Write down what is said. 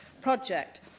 project